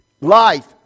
life